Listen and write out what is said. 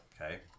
okay